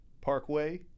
Parkway